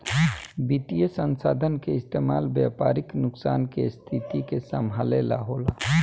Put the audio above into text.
वित्तीय संसाधन के इस्तेमाल व्यापारिक नुकसान के स्थिति के संभाले ला होला